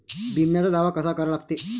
बिम्याचा दावा कसा करा लागते?